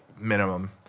minimum